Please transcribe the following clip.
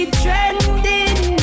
trending